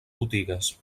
botigues